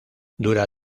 dura